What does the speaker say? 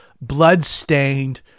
blood-stained